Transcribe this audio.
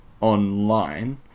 online